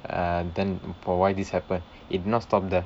and then for why this happen it did not stop there